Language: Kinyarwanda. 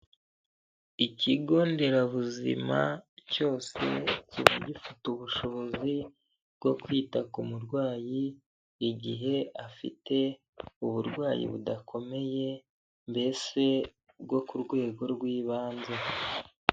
Ikigonderabuzima cyose kiba gifite ubushobozi bwo kwita ku murwayi igihe afite uburwayi budakomeye mbese bwo ku rwego rw'ibanze.